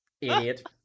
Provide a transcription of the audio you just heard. idiot